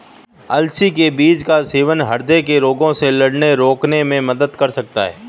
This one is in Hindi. अलसी के बीज का सेवन हृदय रोगों से लड़ने रोकने में मदद कर सकता है